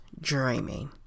dreaming